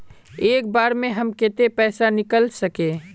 एक बार में हम केते पैसा निकल सके?